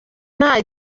nta